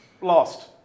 lost